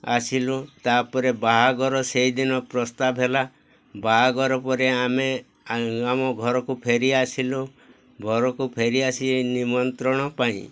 ଆସିଲୁ ତା'ପରେ ବାହାଘର ସେଇଦିନ ପ୍ରସ୍ତାବ ହେଲା ବାହାଘର ପରେ ଆମେ ଆମ ଘରକୁ ଫେରିଆସିଲୁ ଘରକୁ ଫେରିଆସିକି ନିମନ୍ତ୍ରଣ ପାଇଁ